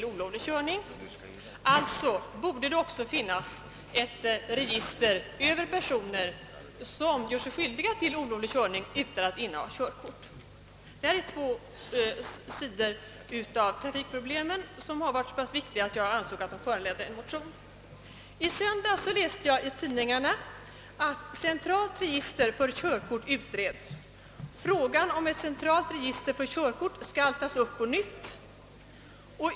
Alltså borde det också finnas ett register över personer som gjort sig skyldiga till olovlig körning utan att inneha körkort. Det här är två sidor av trafikproblemen som är så pass viktiga att jag ansett att de motiverade en motion. I söndags läste jag i tidningarna att frågan om centralt register för körkort skall utredas.